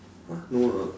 !huh! no lah